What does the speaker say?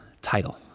title